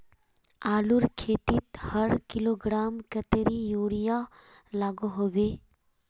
आलूर खेतीत हर किलोग्राम कतेरी यूरिया लागोहो होबे?